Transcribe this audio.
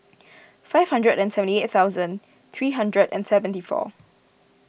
five hundred and seventy eight thousand three hundred and seventy four